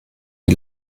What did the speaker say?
die